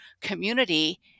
community